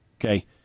okay